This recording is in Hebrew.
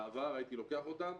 בעבר הייתי לוקח אותם,